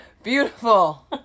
beautiful